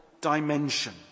dimension